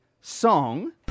song